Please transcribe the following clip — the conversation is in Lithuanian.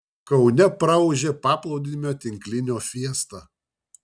kaune praūžė paplūdimio tinklinio fiesta